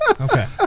Okay